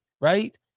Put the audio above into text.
right